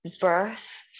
birth